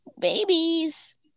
Babies